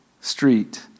street